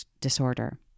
disorder